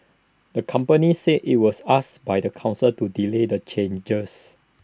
the company said IT was asked by the Council to delay the changes